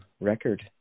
record